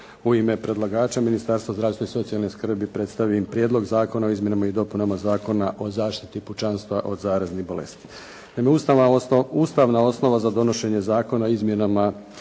u ime predlagača Ministarstva zdravstva i socijalne skrbi predstavim Prijedlog Zakona o izmjenama i dopunama Zakona o zaštiti pučanstva od zaraznih bolesti. Naime, ustavna osnova za donošenje Zakona o izmjenama